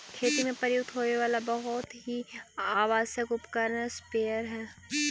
खेती में प्रयुक्त होवे वाला बहुत ही आवश्यक उपकरण स्प्रेयर हई